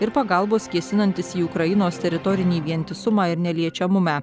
ir pagalbos kėsinantis į ukrainos teritorinį vientisumą ir neliečiamumą